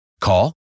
Call